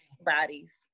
bodies